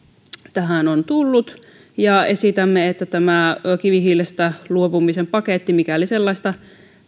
tähän on tullut esitämme että tämä kivihiilestä luopumisen paketti mikäli sellaista